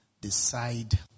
decide